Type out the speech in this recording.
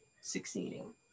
succeeding